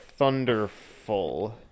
Thunderful